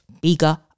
bigger